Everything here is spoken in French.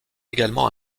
également